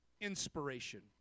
inspiration